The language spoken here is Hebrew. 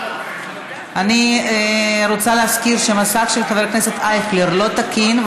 אני רוצה להזכיר שהמסך של חבר הכנסת אייכלר לא תקין,